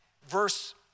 Verse